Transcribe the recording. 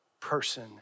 person